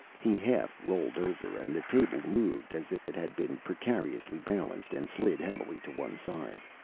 he half-rolled over, and the table moved as if it had been precariously balanced, and slid heavily to one side.